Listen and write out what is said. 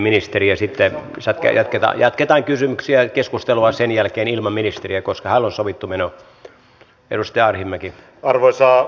ja sitten jatketaan keskustelua sen jälkeen ilman ministeriä koska hänellä on sovittu meno